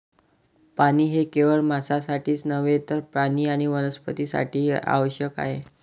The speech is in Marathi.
पाणी हे केवळ माणसांसाठीच नव्हे तर प्राणी आणि वनस्पतीं साठीही आवश्यक आहे